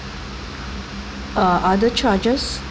uh other charges